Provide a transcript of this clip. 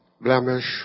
blemish